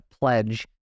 pledge